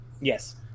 Yes